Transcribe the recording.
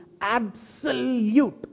absolute